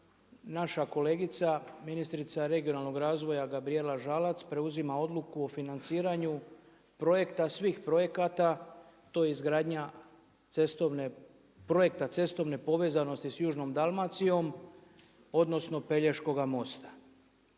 naša kolegica, ministrica regionalnog razvoja Gabrijela Žalac preuzima Odluku o financiranju projekta svih projekata, to je izgradnja projekta cestovne povezanosti s južnom Dalmacijom odnosno Pelješkoga mosta.